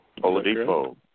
Oladipo